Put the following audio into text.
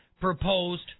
proposed